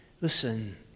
Listen